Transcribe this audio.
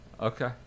Okay